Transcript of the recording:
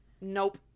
Nope